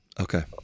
Okay